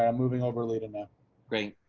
um moving over leading up great.